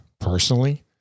personally